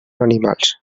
animals